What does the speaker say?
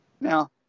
Now